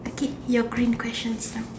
okay your green questions now